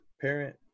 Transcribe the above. parent